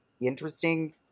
interesting